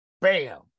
Bam